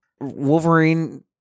Wolverine